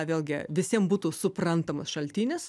vėlgi visiem būtų suprantamas šaltinis